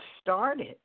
started